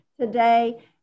today